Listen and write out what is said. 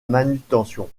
manutention